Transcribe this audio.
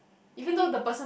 okay